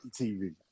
TV